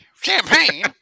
Champagne